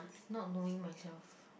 not knowing myself